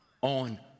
on